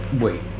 wait